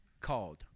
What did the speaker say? called